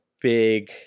big